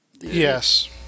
Yes